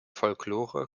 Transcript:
folklore